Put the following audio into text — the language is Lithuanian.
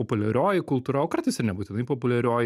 populiarioji kultūra o kartais ir nebūtinai populiarioji